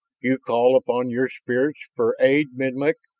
you call upon your spirits for aid, menlik?